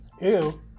Ew